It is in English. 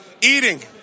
eating